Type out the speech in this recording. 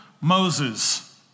Moses